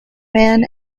man